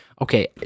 Okay